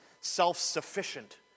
self-sufficient